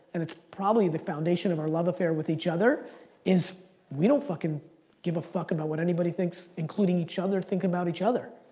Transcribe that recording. and it's probably the foundation of our love affair with each other is we don't fucking give a fuck about what anybody thinks, including each other, think about each other.